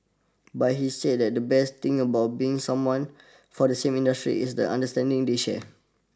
but he said that the best thing about being someone from the same industry is the understanding they share